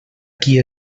qui